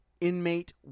inmate